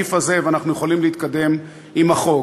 הסעיף הזה, ואנחנו יכולים להתקדם עם החוק.